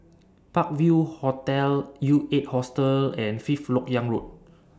Park View Hotel U eight Hostel and Fifth Lok Yang Road